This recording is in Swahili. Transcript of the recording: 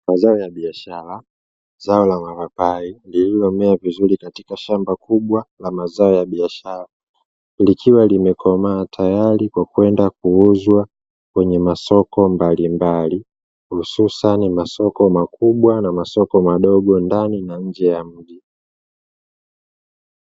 Mazao ya biashara zao la mapapai lililomea vizuri katika shamba kubwa la mazao ya biashara. Likiiwa limekomaa tayari kwa kwenda kuuzwa kwenye masoko mbalimbali, hususani masoko makubwa na masoko madogo ndani na nje ya mji.